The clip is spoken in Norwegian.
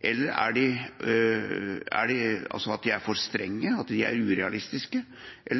Eller